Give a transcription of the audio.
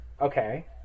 Okay